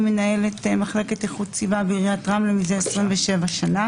אני מנהלת מחלקת איכות הסביבה בעיריית רמלה מזה 27 שנה.